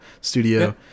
studio